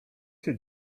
się